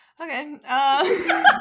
Okay